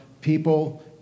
people